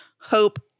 hope